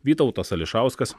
vytautas ališauskas